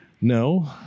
No